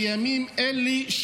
בימים אלה,